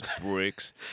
bricks